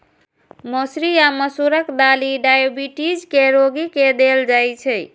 मौसरी या मसूरक दालि डाइबिटीज के रोगी के देल जाइ छै